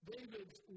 David's